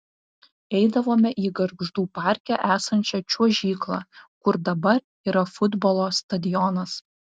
eidavome į gargždų parke esančią čiuožyklą kur dabar yra futbolo stadionas